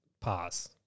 pass